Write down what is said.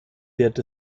wird